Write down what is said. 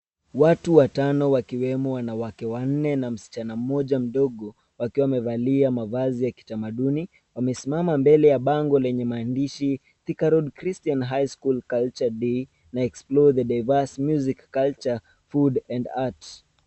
Watu watano wakiwemo wanawake wanne na msichana mmoja mdogo wakiwa wamevalia mavazi ya kitamaduni wamesimama mbele ya bango lenye maandishi Thika Road Christian High School Culture Day na Explore the Diverse Music Culture, Food and Art .